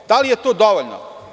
Da li je to dovoljno?